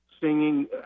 singing